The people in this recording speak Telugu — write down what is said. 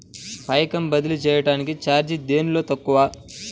పైకం బదిలీ చెయ్యటానికి చార్జీ దేనిలో తక్కువ?